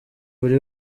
buri